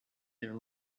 their